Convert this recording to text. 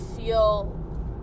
feel